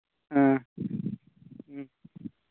ꯑ